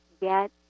get